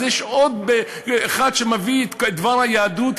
אז יש עוד אחד שמביא את דבר היהדות,